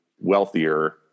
wealthier